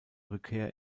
rückkehr